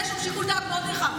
יש שם שיקול דעת מאוד נרחב.